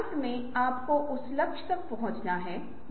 एक और तकनीक को नाममात्र समूह तकनीक कहा जाता है